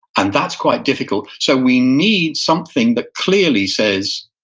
and that's quite difficult. so we need something that clearly says,